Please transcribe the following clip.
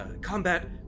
combat